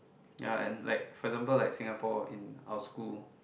ya and like for example like Singapore in our school